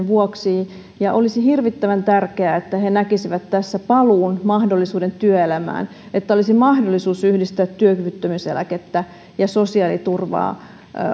vuoksi ja olisi hirvittävän tärkeää että he näkisivät tässä paluumahdollisuuden työelämään että olisi mahdollisuus yhdistää työkyvyttömyyseläkettä ja sosiaaliturvaa